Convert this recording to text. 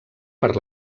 per